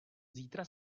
zítra